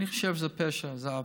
אני חושב שזה פשע, זה עוול.